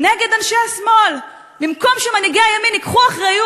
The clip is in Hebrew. כאילו יש פה אנשים שהם מעל החוק.